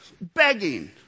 begging